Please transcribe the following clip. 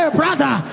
brother